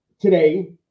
today